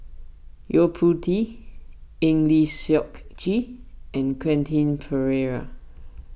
Yo Po Tee Eng Lee Seok Chee and Quentin Pereira